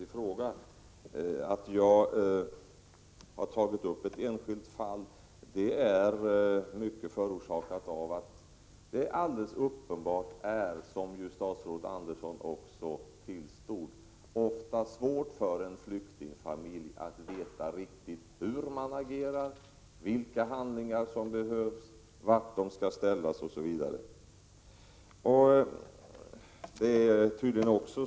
Orsaken till att jag tagit upp ett enskilt fall är främst att det alldeles uppenbart ofta är svårt för en flyktingfamilj att veta riktigt hur man agerar, vilka handlingar som behövs, vart de skall ställas osv. Detta tillstod också statsrådet Andersson.